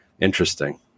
Interesting